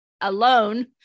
alone